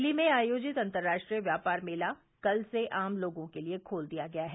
दिल्ली में आयोजित अंतर्राष्ट्रीय व्यापार मेला कल से आम लोगों के लिए खोल दिया गया है